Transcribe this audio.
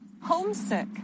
homesick